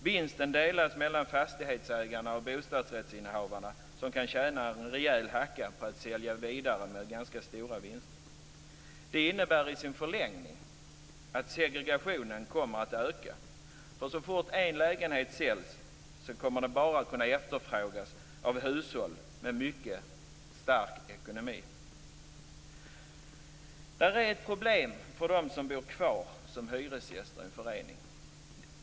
Vinsten delas mellan fastighetsägarna och bostadsrättsinnehavarna, som kan tjäna en rejäl hacka på att sälja vidare med ganska stora vinster. Det innebär i sin förlängning att segregationen kommer att öka. Så fort en lägenhet säljs kommer den bara att kunna efterfrågas av hushåll med mycket stark ekonomi. Det är ett problem för dem som bor kvar som hyresgäster i en förening.